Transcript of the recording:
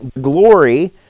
glory